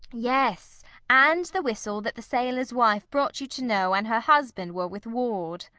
yes and the whistle that the sailor's wife brought you to know an her husband were with ward.